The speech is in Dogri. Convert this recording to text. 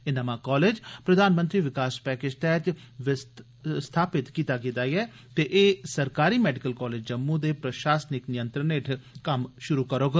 एह् नमां कालेज प्रधान मंत्री विकास पैकेज तैह्त स्थापित कीता गेआ ऐ त एह् सरकारी मैडिकल कालेज जम्मू दे प्रशासनिक नियंत्रण हेठ कम्म शुरु करोग